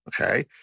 Okay